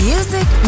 Music